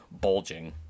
bulging